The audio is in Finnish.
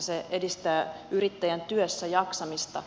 se edistää yrittäjän työssäjaksamista